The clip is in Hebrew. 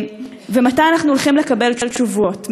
ומתי אנחנו אמורים לקבל תשובות,